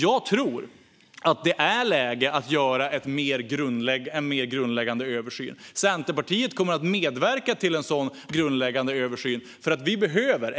Jag tror att det är läge att göra en mer grundläggande översyn. Centerpartiet kommer att medverka till en sådan grundläggande översyn.